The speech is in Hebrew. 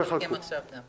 צריך לקבוע את המכסה.